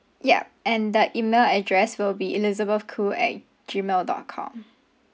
yup and the email address will be elizabeth khoo at G mail dot com